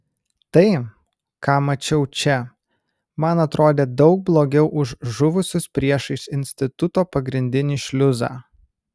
tai ką mačiau čia man atrodė daug blogiau už žuvusius priešais instituto pagrindinį šliuzą